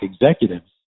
executives